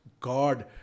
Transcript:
God